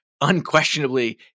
unquestionably